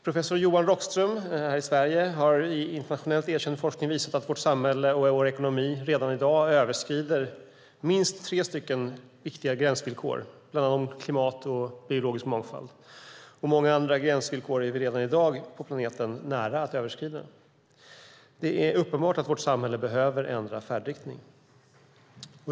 Professor Johan Rockström här i Sverige har i internationellt erkänd forskning visat att vårt samhälle och vår ekonomi redan i dag överskrider minst tre viktiga gränsvillkor, bland dem klimat och biologisk mångfald. Många andra gränsvillkor på planeten är vi redan i dag nära att överskrida. Det är uppenbart att vårt samhälle behöver ändra färdriktning.